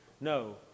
No